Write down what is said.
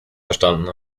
verstanden